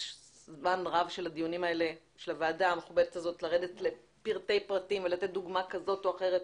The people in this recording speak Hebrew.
זמן רב של דיוני הוועדה לרדת לפרטי פרטים ולתת דוגמה כזאת או אחרת,